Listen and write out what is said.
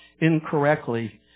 incorrectly